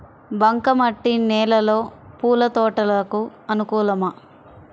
బంక మట్టి నేలలో పూల తోటలకు అనుకూలమా?